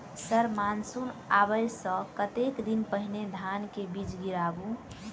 Sir monsoon आबै सऽ कतेक दिन पहिने धान केँ बीज गिराबू?